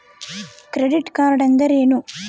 Credit card ಅಂದ್ರೇನು?